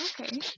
Okay